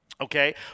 Okay